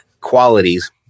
qualities